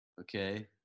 okay